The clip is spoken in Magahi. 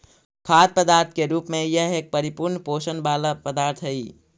खाद्य पदार्थ के रूप में यह एक परिपूर्ण पोषण वाला पदार्थ हई